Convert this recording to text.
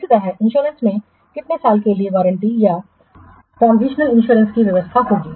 इसी तरह इंश्योरेंस में कितने साल के लिए वारंटी और ट्रांजिशनल इंश्योरेंस की व्यवस्था होगी